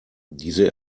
diese